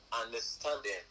understanding